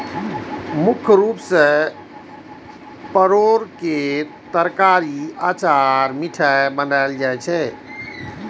मुख्य रूप सं परोर के तरकारी, अचार आ मिठाइ बनायल जाइ छै